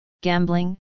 gambling